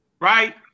right